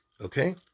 okay